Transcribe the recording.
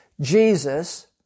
Jesus